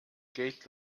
gate